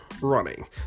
running